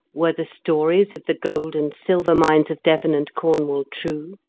were the stories of the gold and silver mines of devon and cornwall true?